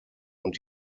und